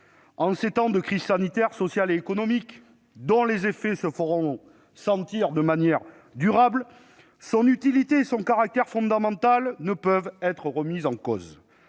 En ces temps de crise sanitaire, sociale et économique, dont les effets se feront sentir de manière durable, l'utilité de ce régime et son caractère fondamental ne peuvent être remis en cause.